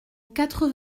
quatre